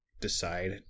decide